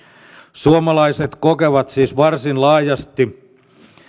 suomalaiset kokevat siis varsin laajasti